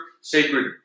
sacred